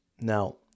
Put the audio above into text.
Now